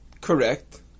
Correct